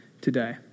today